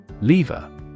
Lever